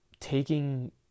taking